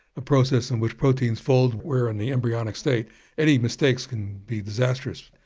a process in which proteins fold where in the embryonic state any mistakes can be disastrous.